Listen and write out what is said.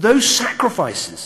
בשחרור אירופה משלטון הנאצים,